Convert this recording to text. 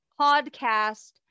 Podcast